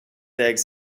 eggs